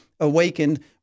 awakened